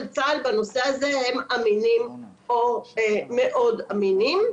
צה"ל בנושא הזה הם אמינים או מאוד אמינים.